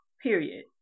Period